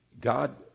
God